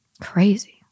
crazy